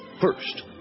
First